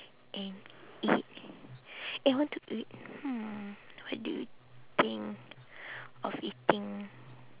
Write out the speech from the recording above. and eat eh what to eat hmm what do you think of eating